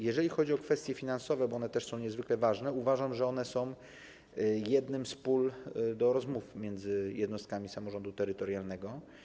Jeżeli chodzi o kwestie finansowe, bo one też są niezwykle ważne, uważam, że one są jednymi z pól do rozmowy między jednostkami samorządu terytorialnego.